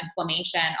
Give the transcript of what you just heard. inflammation